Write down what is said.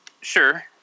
sure